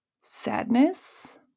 sadness